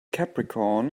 capricorn